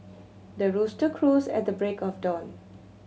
the rooster crows at the break of dawn